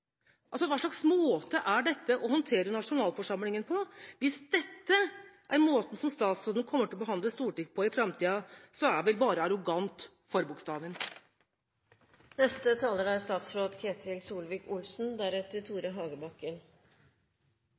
Hva slags måte er dette å håndtere nasjonalforsamlingen på? Hvis dette er måten som statsråden kommer til å behandle Stortinget på i framtida, så er vel «arrogant» bare forbokstaven! Jeg forstår at det er